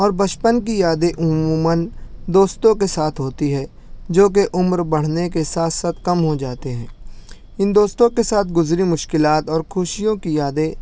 اور بچپن کی یادیں عموماً دوستوں کے ساتھ ہوتی ہے جوکہ عمر بڑھنے کے ساتھ ساتھ کم ہو جاتے ہیں ان دوستوں کے ساتھ گزری مشکلات اور خوشیوں کی یادیں